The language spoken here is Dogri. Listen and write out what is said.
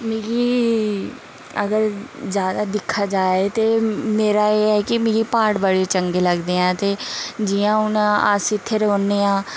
मिगी अगर ज्यादा दिक्खा जाए ते मेरा ऐ कि मिगी प्हाड़ बड़े चंगे लगदे न ते जियां हून अस इत्थें रौह्न्ने आं